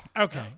Okay